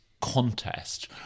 contest